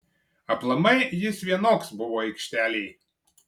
aplamai jis vienoks buvo aikštelėj